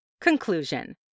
Conclusion